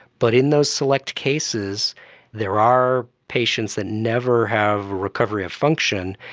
but in those select cases there are patients that never have recovery of function,